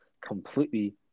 completely